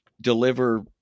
deliver